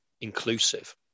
inclusive